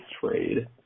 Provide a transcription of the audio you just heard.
trade